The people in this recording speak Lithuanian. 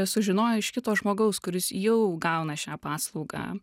sužinojo iš kito žmogaus kuris jau gauna šią paslaugą